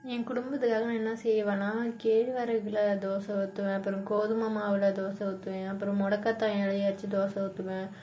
என் குடும்பத்துக்காக நான் என்ன செய்வேன்னா கேழ்வரகில் தோசை ஊற்றுவேன் அப்புறம் கோதுமை மாவில் தோசை ஊற்றுவேன் அப்புறம் மொடக்கத்தான் இலைய அரைச்சு தோசை ஊற்றுவேன்